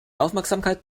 aufmerksamkeit